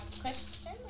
question